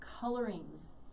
colorings